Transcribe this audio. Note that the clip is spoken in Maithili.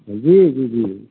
जी जी जी